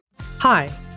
hi